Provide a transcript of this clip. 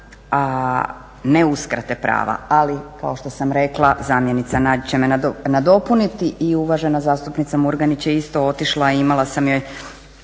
ne uskrate prava. Ali kao što sam rekla zamjenica Nađ će me nadopuniti i uvažena zastupnica Murganić je isto otišla, a imala sam još